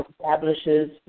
establishes